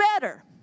better